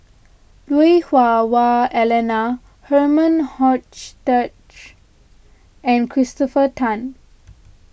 Lui Hah Wah Elena Herman Hochstadt and Christopher Tan